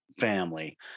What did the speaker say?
family